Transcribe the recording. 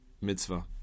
mitzvah